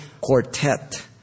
Quartet